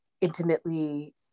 intimately